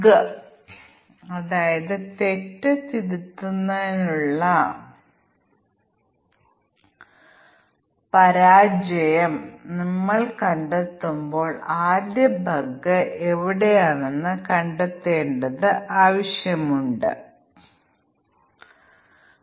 printer ടൈപ്പും മറ്റ് തിരഞ്ഞെടുത്ത ഓപ്ഷനും പരിഗണിക്കാതെ പ്രിന്റർ ഡയലോഗ് ബോക്സിൽ ഡ്യുപ്ലെക്സ് ഓപ്ഷൻ തിരഞ്ഞെടുക്കുമ്പോൾ പ്രിൻറ് ഔട്ട് എപ്പോഴും സ്മിയർ ചെയ്യപ്പെടുന്ന ഒരു ഉദാഹരണം നോക്കുക